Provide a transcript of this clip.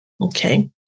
okay